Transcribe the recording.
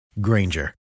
Granger